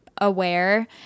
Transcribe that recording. aware